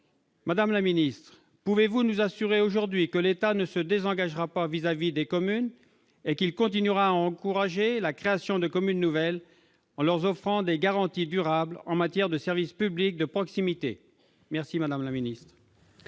Madame la ministre, pouvez-vous nous assurer aujourd'hui que l'État ne se désengagera pas vis-à-vis des communes et qu'il continuera à encourager la création de communes nouvelles en leur offrant des garanties durables en matière de services publics de proximité ? La parole est à Mme la ministre.